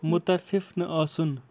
مُتفِف نہٕ آسُن